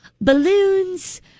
balloons